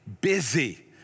busy